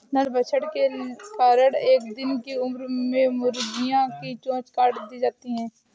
नरभक्षण के कारण एक दिन की उम्र में मुर्गियां की चोंच काट दी जाती हैं